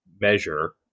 measure